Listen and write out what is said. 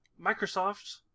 Microsoft